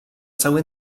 cały